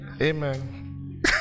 Amen